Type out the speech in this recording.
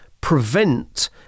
prevent